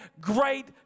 great